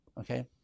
Okay